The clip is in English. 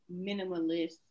minimalist